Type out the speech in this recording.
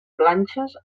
planxes